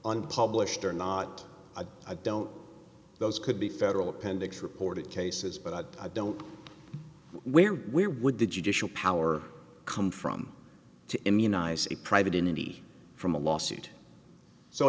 unpublished or not i don't those could be federal appendix reported cases but i don't know where where would the judicial power come from to immunize a private entity from a lawsuit so